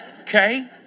Okay